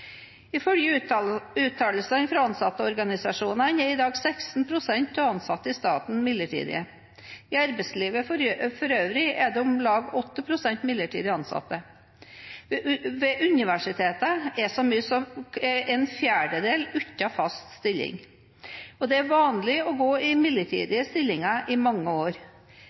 Ifølge uttalelsene fra ansattorganisasjonene er i dag 16 pst. av ansatte i staten midlertidige. I arbeidslivet for øvrig er det om lag 8 pst. midlertidig ansatte. Ved universitetene er så mange som en fjerdedel uten fast stilling, og det er vanlig å gå i midlertidige stillinger i mange år.